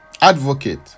advocate